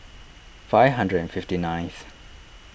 five hundred and fifty nineth